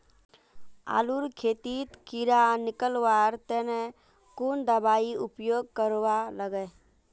आलूर खेतीत कीड़ा निकलवार तने कुन दबाई उपयोग करवा लगे?